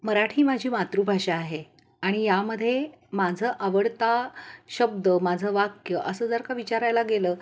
मराठी माझी मातृभाषा आहे आणि यामध्ये माझं आवडता शब्द माझं वाक्य असं जर का विचारायला गेलं